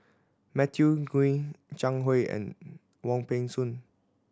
Matthew Ngui Zhang Hui and Wong Peng Soon